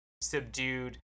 subdued